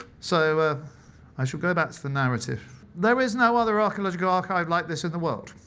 so i shall go back to the narrative. there is no other archaeological archive like this in the world.